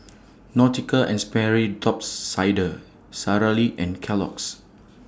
Nautica and Sperry Top Sider Sara Lee and Kellogg's